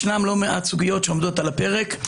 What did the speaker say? ישנן לא מעט סוגיות שעומדות על הפרק.